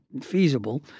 feasible